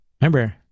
Remember